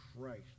Christ